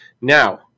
Now